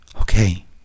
Okay